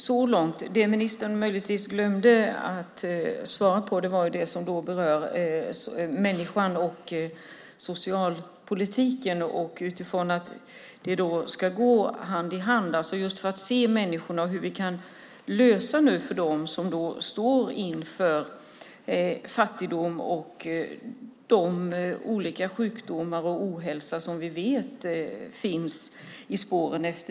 Vad ministern möjligtvis glömde att svara på är det som rör människan och socialpolitiken, utifrån att det där ska gå hand i hand just för att man ska se människorna och hur vi kan få en lösning för dem som nu står inför fattigdom och inför de olika sjukdomar och den ohälsa som vi vet följer i spåren av detta.